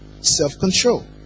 self-control